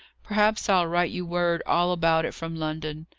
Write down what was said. perhaps i'll write you word all about it from london.